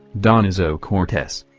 donoso cortes.